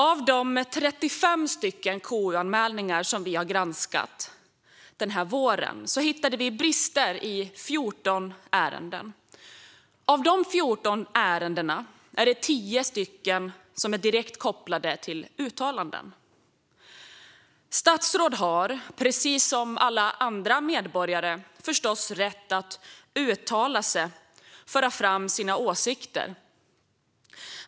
Av de 35 KU-anmälningar som vi har granskat denna vår hittade vi brister i 14 ärenden. Av dessa 14 ärenden är det 10 som är direkt kopplade till uttalanden. Statsråd har, precis som alla andra medborgare, förstås rätt att uttala sig och föra fram sina åsikter.